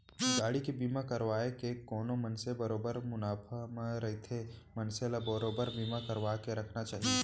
गाड़ी के बीमा करवाय ले कोनो मनसे बरोबर मुनाफा म रहिथे मनसे ल बरोबर बीमा करवाके रखना चाही